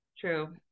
True